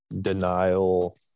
denial